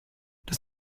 does